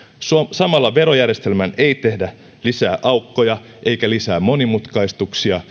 samalla verojärjestelmään ei tehdä lisää aukkoja eikä lisää monimutkaistuksia